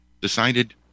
decided